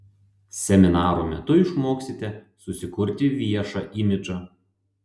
seminarų metu išmoksite susikurti viešą imidžą